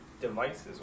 devices